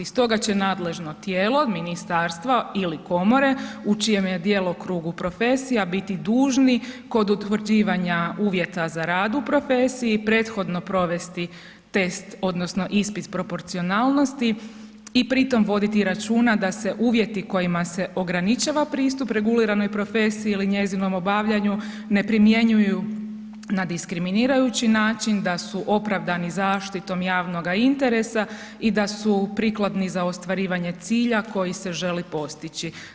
Stoga će nadležno tijelo ministarstva ili komore u čijem je djelokrugu profesija biti dužni kod utvrđivanja uvjeta za rad u profesiji prethodno provesti test odnosno ispit proporcionalnosti i pri tom voditi računa da se uvjeti kojima se ograničava pristup reguliranoj profesiji ili njezinom obavljanju ne primjenjuju na diskriminirajući način, da su opravdani zaštitom javnoga interesa i da su prikladni za ostvarivanje cilja koji se želi postići.